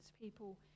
people